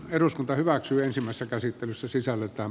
eduskunta hyväksyi ensimmäisen käsittelyssä sisällöltään